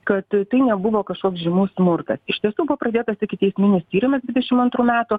kad tai nebuvo kažkoks žymus smurtas iš tiesų buvo pradėtas ikiteisminis tyrimas dvidešimt antrų metų